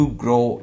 grow